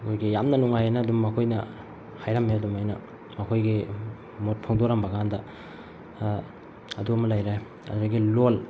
ꯑꯩꯈꯣꯏꯒꯤ ꯌꯥꯝꯅ ꯅꯨꯡꯉꯥꯏ ꯍꯥꯏꯅ ꯑꯗꯨꯝ ꯃꯈꯣꯏꯅ ꯍꯥꯏꯔꯝꯃꯦ ꯑꯗꯨꯃꯥꯏꯅ ꯃꯈꯣꯏꯒꯤ ꯃꯣꯠ ꯐꯣꯡꯗꯣꯔꯝꯕ ꯀꯥꯟꯗ ꯑꯗꯨ ꯑꯃ ꯂꯩꯔꯦ ꯑꯗꯨꯗꯒꯤ ꯂꯣꯜ